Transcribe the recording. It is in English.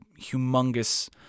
humongous